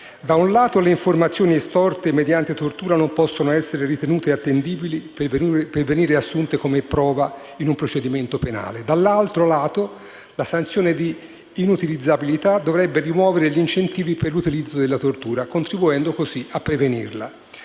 da un lato, le informazioni estorte mediante tortura non possono essere ritenute attendibili per venire assunte come prova in un procedimento penale; dall'altro lato, la sanzione di inutilizzabilità dovrebbe rimuovere gli incentivi per l'utilizzo della tortura, contribuendo così a prevenirla.